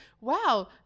wow